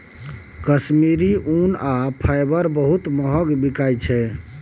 कश्मीरी ऊन आ फाईबर बहुत महग बिकाई छै